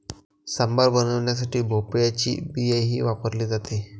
सांबार बनवण्यासाठी भोपळ्याची बियाही वापरली जाते